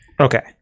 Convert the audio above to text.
Okay